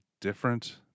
different